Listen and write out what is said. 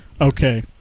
Okay